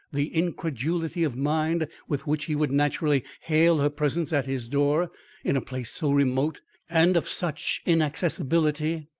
the incredulity of mind with which he would naturally hail her presence at his door in a place so remote and of such inaccessibility.